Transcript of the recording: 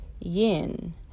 yin